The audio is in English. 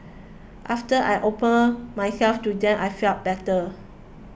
after I opened myself to them I felt better